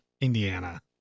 Indiana